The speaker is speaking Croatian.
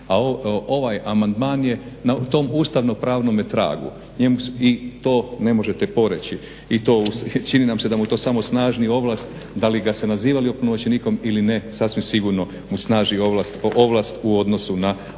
a ovaj amandman je na tom ustavnopravnom tragu i to ne možete poreći. Čini nam se da mu to samo snažni ovlast da li ga se nazivali opunomoćenikom ili ne sasvim sigurno mu snaži ovlast u odnosu na ono